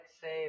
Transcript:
save